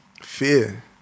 fear